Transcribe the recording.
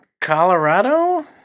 Colorado